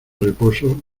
reposo